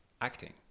acting